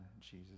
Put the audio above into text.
Jesus